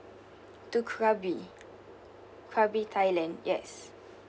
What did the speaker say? to krabi krabi thailand yes